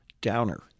downer